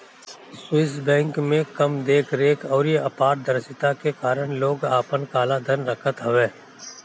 Swiss bank में कम देख रेख अउरी अपारदर्शिता के कारण लोग आपन काला धन रखत हवे